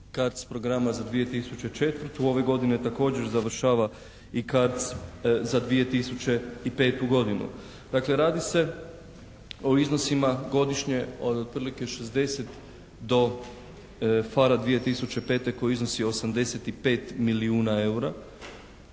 CARDS programa za 2004. Ove godine također završava i CARDS za 2005. godinu. Dakle radi se o iznosima godišnje od otprilike 60 do PHARA 2005. koji iznosi 85 milijuna EUR-a.